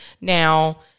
Now